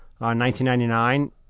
1999